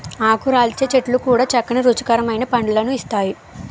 ఆకురాల్చే చెట్లు కూడా చక్కని రుచికరమైన పళ్ళను ఇస్తాయి